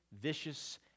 vicious